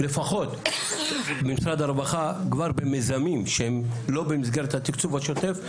לפחות במשרד הרווחה כבר במיזמים שהם לא במסגרת התקצוב השוטף,